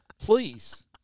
Please